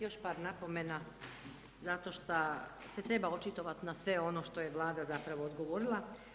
Još par napomena, zato šta se još treba očitovati na sve ono što je Vlada zapravo odgovorila.